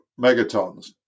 megatons